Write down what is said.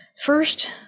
First